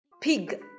Pig